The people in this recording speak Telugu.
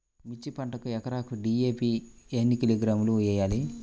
మిర్చి పంటకు ఎకరాకు డీ.ఏ.పీ ఎన్ని కిలోగ్రాములు వేయాలి?